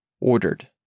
ordered